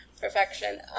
Perfection